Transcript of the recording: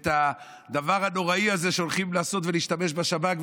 ואת הדבר הנוראי הזה שהולכים לעשות ולהשתמש בשב"כ,